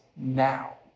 Now